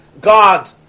God